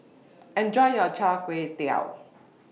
Enjoy your Char Kway Teow